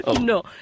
No